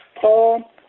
Paul